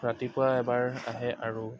ৰাতিপুৱা এবাৰ আহে আৰু